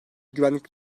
güvenlik